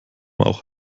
auch